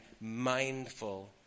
mindful